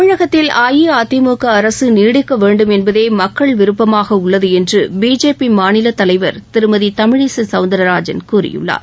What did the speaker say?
தமிழகத்தில் அஇஅதிமுக அரசு நீடிக்க வேண்டும் என்பதே மக்கள் விருப்பமாக உள்ளது என்று பிஜேபி மாநிலத்தலைவர் திருமதி தமிழிசை சௌந்தரராஜன் கூறியுள்ளார்